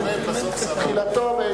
סיבה, מסובב, ובסוף סבבה.